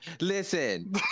Listen